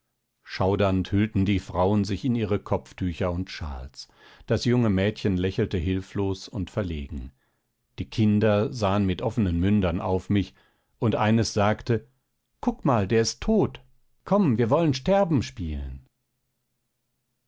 schaudernd hüllten die frauen sich in ihre kopftücher und schals das junge mädchen lächelte hilflos und verlegen die kinder sahen mit offenen mündern auf mich und eines sagte kuck mal der ist tot komm wir wollen sterben spielen